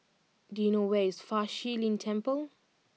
do you know where is Fa Shi Lin Temple